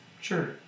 sure